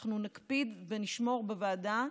אנחנו נקפיד ונשמור בוועדה,